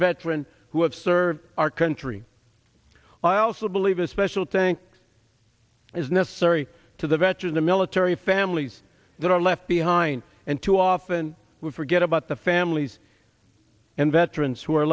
veteran who have served our country i also believe a special tank is necessary to the veteran the military families that are left behind and too often we forget about the families and veterans who are